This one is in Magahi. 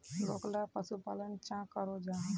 लोकला पशुपालन चाँ करो जाहा?